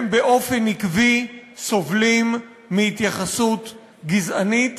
הם באופן עקבי סובלים מהתייחסות גזענית